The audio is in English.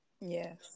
Yes